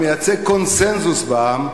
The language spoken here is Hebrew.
המייצג קונסנזוס בעם,